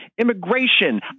immigration